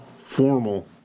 formal